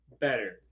Better